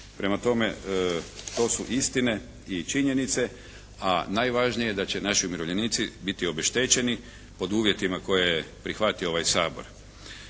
Prema tome, to su istine i činjenice, a najvažnije da će naši umirovljenici biti obeštećeni pod uvjetima koje je prihvatio ovaj Sabor.